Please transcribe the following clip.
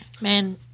Man